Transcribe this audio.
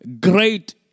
great